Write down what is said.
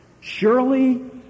surely